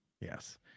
Yes